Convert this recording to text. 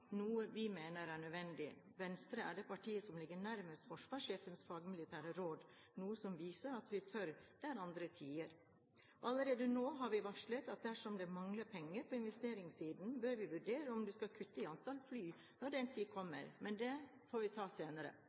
noe vi mener er nødvendig. Venstre er det partiet som ligger nærmest forsvarssjefens fagmilitære råd, noe som viser at vi tør der andre tier. Allerede nå har vi varslet at dersom det mangler penger på investeringssiden, bør vi vurdere om vi skal kutte i antall fly når den tid kommer. Men det får vi ta senere.